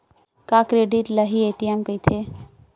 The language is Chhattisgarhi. का क्रेडिट ल हि ए.टी.एम कहिथे?